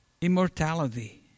immortality